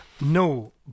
No